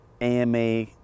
AMA